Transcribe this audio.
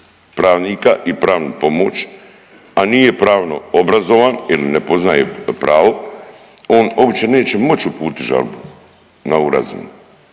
pravnika i pravnu pomoć, a nije pravno obrazovan jel ne poznaje pravo, on uopće neće moći uputiti žalbu na ovu razinu.